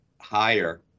higher